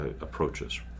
approaches